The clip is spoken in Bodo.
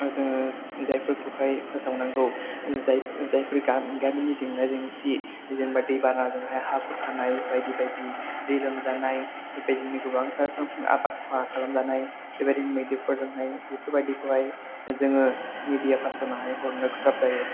जोङो जायफोरखौहाय फोसावनांगौ जायफोर गामिनि जेंना जेंसि बे जेनेबा दैबानाजों हा खुरखानाय बायदि बायदि दै लोमजानाय बेबायदिनो गोबांथार आबाद खहा खालाम जानाय बेबायदिनो मैदेरफोरजोंहाय बेफोरबायदिखौहाय जोङो मिडिया पारसन आवहाय हरनो गोब्राब जायो